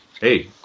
hey